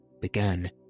began